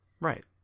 Right